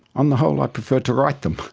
on the whole i prefer to write them.